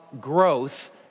growth